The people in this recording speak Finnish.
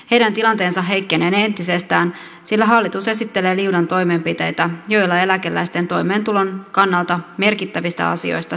heidän tilanteensa heikkenee entisestään sillä hallitus esittelee liudan toimenpiteitä joilla eläkeläisten toimeentulon kannalta merkittävistä asioista säästetään